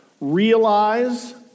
realize